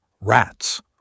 rats